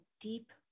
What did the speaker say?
deep